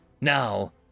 Now